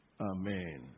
Amen